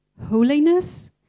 Holiness